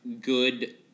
good